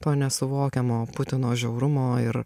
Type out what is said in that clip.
to nesuvokiamo putino žiaurumo ir